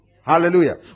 Hallelujah